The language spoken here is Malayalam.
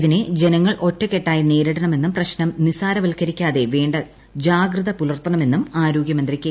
ഇതിനെ ജനങ്ങൾ ഒറ്റക്കെട്ടായി നേരിടണമെന്നും പ്രശ്നം നിസ്സാരവത്കരിക്കാതെ വേണ്ട ജാഗ്രത പുലർത്തണമെന്നും ആരോഗ്യമന്ത്രി കെ